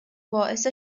باعث